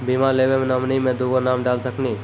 बीमा लेवे मे नॉमिनी मे दुगो नाम डाल सकनी?